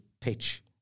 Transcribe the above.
pitch